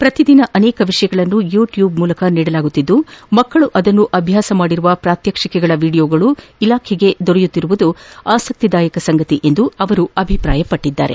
ಪ್ರತಿ ದಿನ ಅನೇಕ ವಿಷಯಗಳನ್ನು ಯುಟ್ಕೂಬ್ ಮೂಲಕ ನೀಡಲಾಗುತ್ತಿದ್ದು ಮಕ್ಕಳು ಅದನ್ನು ಅಭ್ಯಸಿರುವ ಪ್ರಾತ್ವಕ್ಷಿಕೆಗಳ ವಿಡಿಯೋಗಳು ಇಲಾಖೆಗೆ ದೊರೆತಿರುವುದು ಆಸಕ್ತಿದಾಯಕ ಸಂಗತಿ ಎಂದು ಅವರು ಅಭಿಪ್ರಾಯಪಟ್ಟಿದ್ದಾರೆ